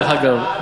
דרך אגב,